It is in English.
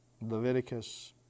Leviticus